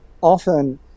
often